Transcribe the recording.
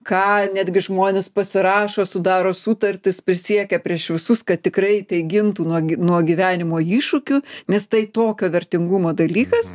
ką netgi žmonės pasirašo sudaro sutartis prisiekia prieš visus kad tikrai tai gintų nuogi nuo gyvenimo iššūkių nes tai tokio vertingumo dalykas